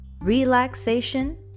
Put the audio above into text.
Relaxation